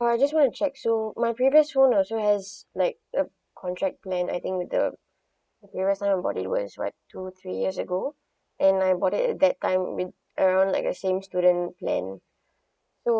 ah I just want to check so my previous phone also has like a contract plan I think the previous one I bought it was like two three years ago and I bought it that time around like the same student plan so